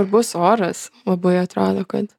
bus oras labai atrado kad